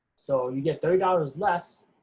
so you get thirty dollars less,